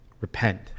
Repent